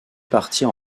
partir